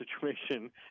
situation